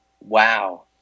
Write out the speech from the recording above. Wow